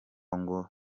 ngo